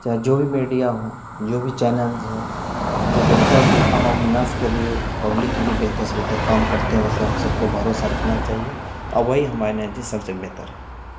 چاہے جو بھی میڈیا ہوں جو بھی چینلز ہوں جو بہتر عوام الناس کے لیے پبلک کے لیے بہتر سے بہتر کام کرتے ہیں اس پہ ہم سب کو بھروسہ رکھنا چاہیے اور وہی ہمارے نزدیک سب سے بہتر ہے